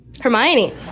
Hermione